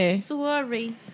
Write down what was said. Sorry